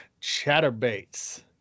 chatterbaits